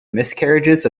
miscarriages